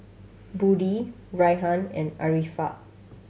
Budi Rayyan and Arifa